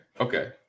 Okay